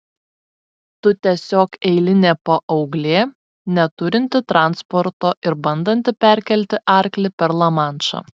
tu tiesiog eilinė paauglė neturinti transporto ir bandanti perkelti arklį per lamanšą